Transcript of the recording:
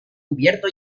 cubierto